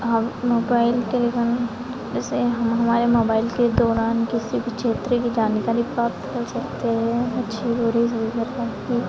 हम मोबाइल टेलीवन जैसे हम हमारे मोबाइल के दौरान किसी भी क्षेत्र की जानकारी प्राप्त कर सकते है अच्छे बुरे सभी प्रकार के